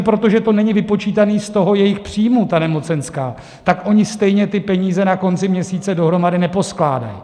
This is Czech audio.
Protože to není vypočítané z jejich příjmu, ta nemocenská, tak oni stejně peníze na konci měsíce dohromady neposkládají.